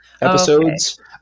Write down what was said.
episodes